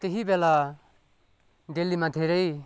त्यही बेला दिल्लीमा धेरै